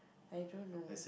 I don't know